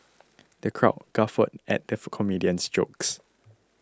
the crowd guffawed at the comedian's jokes